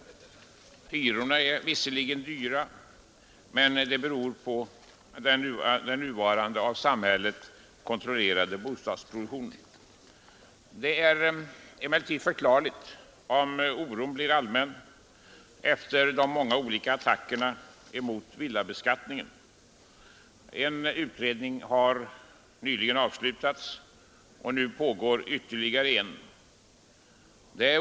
Hyrorna är visserligen höga men det beror på den nuvarande av samhället kontrollerade bostadsproduktionen. Det är emellertid förklarligt om oron blir allmän efter de många olika attackerna mot villabeskattningen. En utredning har nyligen avslutats, och nu pågår ytterligare en.